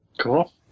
Cool